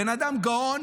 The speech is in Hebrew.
הבן אדם גאון.